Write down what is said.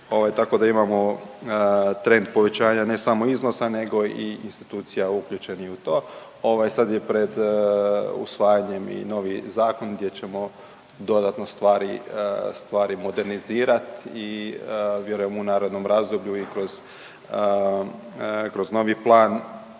tako da imamo trend povećanja ne samo iznosa nego i institucija uključenih u to. Sad je pred usvajanjem i novi zakon gdje ćemo dodatno stvari modernizirati i vjerujem u narednom razdoblju i kroz novi plan